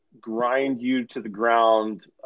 grind-you-to-the-ground